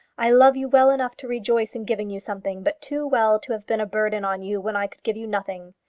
i love you well enough to rejoice in giving you something, but too well to have been a burden on you when i could give you nothing.